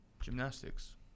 gymnastics